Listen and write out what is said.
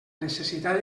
necessitat